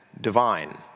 divine